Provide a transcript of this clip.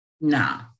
Nah